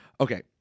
Okay